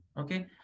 Okay